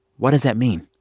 what does that mean?